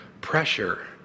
Pressure